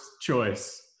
choice